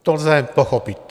To lze pochopit.